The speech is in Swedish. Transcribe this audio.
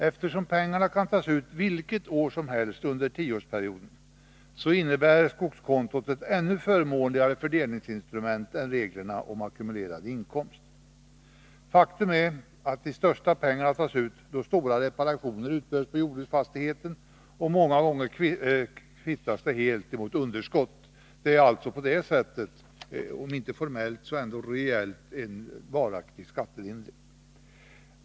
Eftersom pengarna kan tas ut vilket år som helst under tioårsperioden, innebär skogskontot ett ännu förmånligare fördelningsinstrument än reglerna om ackumulerad inkomst. Faktum är ju att de största pengarna tas ut år då stora reparationer utförs på jordbruksfastigheten och många gånger helt kvittas mot underskott. Det är alltså på det sättet om inte formellt så ändå reellt en varaktig skattelindring.